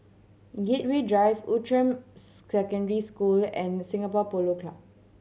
Gateway Drive Outram Secondary School and Singapore Polo Club